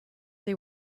they